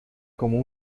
como